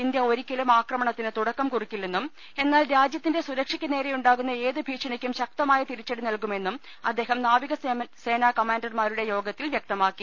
India ഒരിക്കലും ആക്രമണ ത്തിന് തുടക്കം കുറിക്കില്ലെന്നും എന്നാൽ രാജ്യത്തിന്റെ സുരക്ഷയ്ക്ക് നേരെ ഉണ്ടാകുന്ന ഏത് ഭീഷണിക്കും ശക്തമായ തിരിച്ചടി നൽകുമെന്നും അദ്ദേഹം നാവികസേനാ കമാൻഡർമാരുടെ യോഗത്തിൽ വ്യക്തമാക്കി